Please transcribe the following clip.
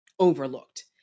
Overlooked